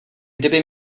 kdyby